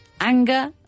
Anger